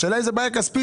השאלה אם זאת בעיה כספית.